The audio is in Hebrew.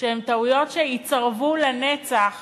שהן טעויות שייצרבו לנצח